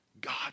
God